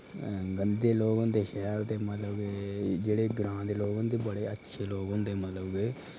गंदे लोग होंदे शैह्र दे मतलब कि जेह्ड़े ग्रांऽ दे लोक होंदे बड़े अच्छे लोग होंदे मतलब कि